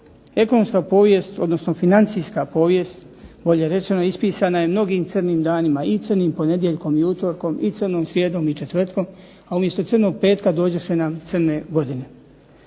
Ekonomska povijest, odnosno financijska povijest bolje rečeno ispisana je mnogim crnim danima. I crnim ponedjeljkom i utorkom, i crnom srijedom i četvrtkom, a umjesto crnog petka dođoše nam crne godine.